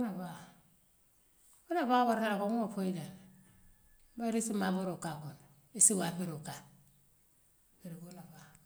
Wula baa wula baa wartale baa nŋa woo foye jaŋ bari issi maaboroo kaa woola issi waafiroo ka'ala yira wula baa.